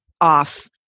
off